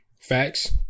Facts